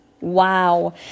Wow